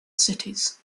cities